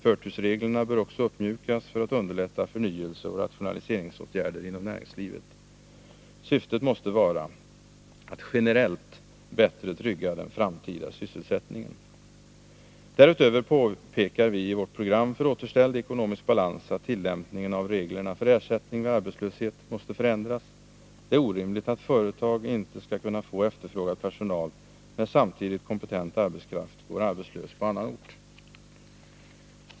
Förtursreglerna bör också uppmjukas för att underlätta förnyelseoch rationaliseringsåtgärder inom näringslivet. Syftet måste vara att generellt bättre trygga den framtida sysselsättningen. Därutöver påpekar vi i vårt program för återställd ekonomisk balans att tillämpningen av reglerna för ersättning vid arbetslöshet måste förändras. Det är orimligt att företag inte skall kunna få efterfrågad personal, när samtidigt kompetent arbetskraft går arbetslös på orten.